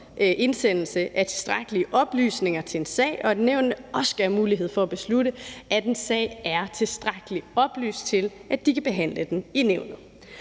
indsendelse af tilstrækkelige oplysninger til en sag, og at nævnene også skal have mulighed for at beslutte, at en sag er tilstrækkeligt oplyst til, at de kan behandle den i nævnet.